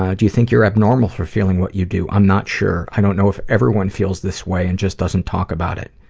ah do you think you're abnormal for feeling what you do? i'm not sure. i don't know if everyone feels this way and just doesn't talk about it.